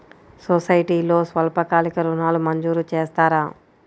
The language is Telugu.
సొసైటీలో స్వల్పకాలిక ఋణాలు మంజూరు చేస్తారా?